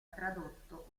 tradotto